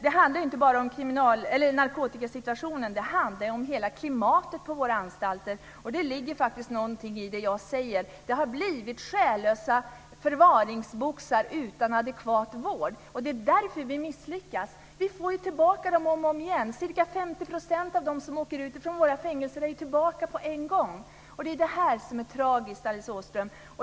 Det handlar inte bara om narkotikasituationen utan om hela klimatet på våra anstalter. Det ligger någonting i det jag säger. Anstalterna har blivit själlösa förvaringsboxar utan adekvat vård. Det är därför vi misslyckas. Vi får tillbaka människor om och om igen. Ca 50 % av dem som åker ut från våra fängelser är tillbaka på en gång. Det är detta som är tragiskt, Alice Åström.